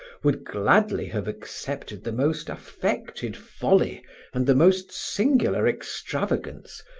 would gladly have accepted the most affected folly and the most singular extravagance,